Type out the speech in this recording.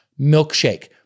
milkshake